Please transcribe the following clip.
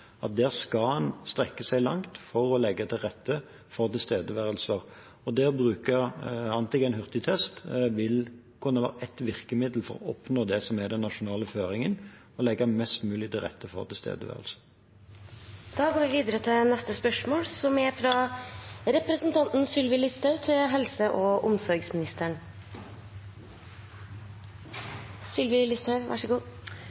at der skal en strekke seg langt for å legge til rette for tilstedeværelse. Det å bruke antigen-hurtigtest vil kunne være ett virkemiddel for å oppnå det som er den nasjonale føringen, å legge mest mulig til rette for tilstedeværelse. «Spørsmålsstiller har tidligere spurt om statsråden er enig i at forbudet mot rabatt på morsmelkerstatning er